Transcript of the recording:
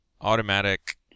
automatic